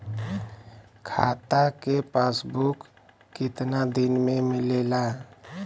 खाता के पासबुक कितना दिन में मिलेला?